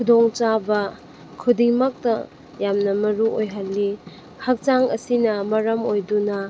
ꯈꯨꯗꯣꯡꯆꯥꯕ ꯈꯨꯗꯤꯡꯃꯛꯇ ꯌꯥꯝꯅ ꯃꯔꯨ ꯑꯣꯏꯍꯜꯂꯤ ꯍꯛꯆꯥꯡ ꯑꯁꯤꯅ ꯃꯔꯝ ꯑꯣꯏꯗꯨꯅ